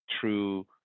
true